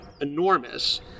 enormous